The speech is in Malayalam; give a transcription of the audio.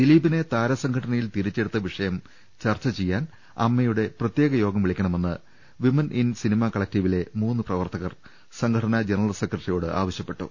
ദിലീപിനെ താരസംഘടനയിൽ തിരിച്ചെടുത്ത വിഷയം ചർച്ച ചെയ്യാൻ അമ്മ യുടെ പ്രത്യേകയോഗം വിളിക്കണമെന്ന് വിമൻ ഇൻ സിനിമ കലക്ടീവിലെ മൂന്ന് പ്രവർത്തകർ സംഘടനാ ജനറൽ സെക്രട്ടറിയോട് ആവശ്യപ്പെട്ടു